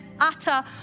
utter